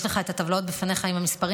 יש לך את הטבלאות לפניך עם המספרים,